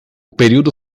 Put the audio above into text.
período